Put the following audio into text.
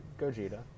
Gogeta